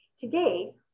Today